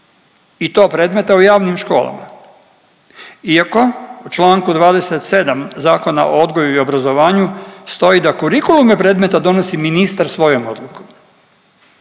i to predmeta u javnim školama, iako u čl. 27 Zakona o odgoju i obrazovanju stoji da kurikulume predmeta donosi ministar svojom odlukom.